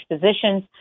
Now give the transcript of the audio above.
positions